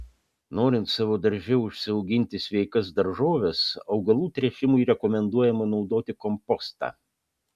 norint savo darže užsiauginti sveikas daržoves augalų tręšimui rekomenduojama naudoti kompostą